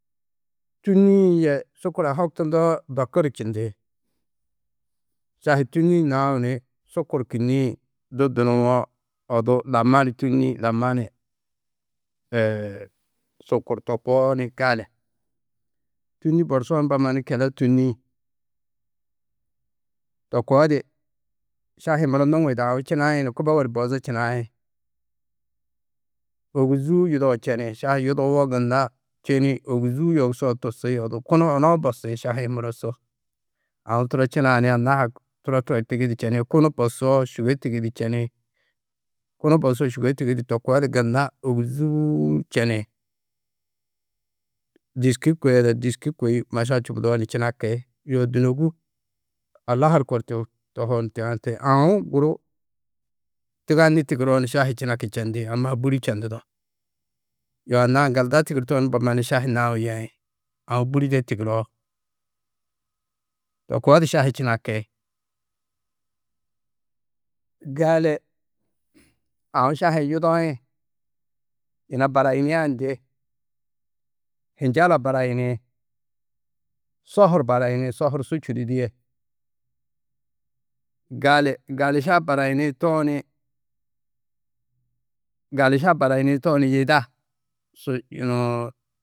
Tûnni-ĩ yê sukura-ã hoktundoo dokur čindi. Šahi tûnni-ĩ nau ni sukur kînniĩ du dunuwo odu lamma ni tûnni lamma ni sukur to koo ni gali. Tûnni borsoo ni mbo mannu kele tûnnii. To koo di šahi-ĩ muro nuŋu yida aũ činai ni kubogo du bozu činai. Ôguzuu du yudou čeni šahi yudowo gunna čenî ôguzuu yogusoo tusi odu. Kunu onou bosi šahi-ĩ muro su. Aũ turo činaa ni anna-ã ha turo turo di tigiidu čeni, kunu bosoo sûgoi tigiidu čeni, kunu bosoo sûgoi tigidu. To koo di gunna ôguzuu čeni. Dûski kôe Ada dûski kôi du maša čubudoo ni činaki, yoo dûnogu allahar kor tohoo ni činaki. Aũ guru tiganî tigiroo ni šahi činaku čendi amma ha bûri čendudo. Yoo anna aŋgalda tigirtoo ni mbo manu šahi nau yeĩ aũ bûri do tigiroo, To koo di šahi činaki. Gali aũ šahi-ĩ yudoĩ yina barayiniã ndê? Hinjala barayini sohur barayini, sohur su čududîe. Gali gališa barayini tooni yida barayini, gališa barayini tooni yida su yunu.